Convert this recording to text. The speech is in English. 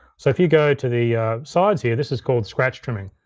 so if you go to the sides here, this is called scratch trimming.